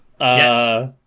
Yes